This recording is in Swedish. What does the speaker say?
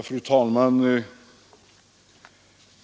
Fru talman!